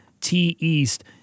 T-East